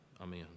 Amen